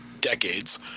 decades